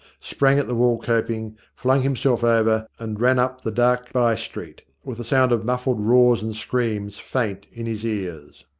sprang at the wall-coping, flung himself over, and ran up the dark by-street, with the sound of muffled roars and screams faint in his ears.